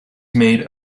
made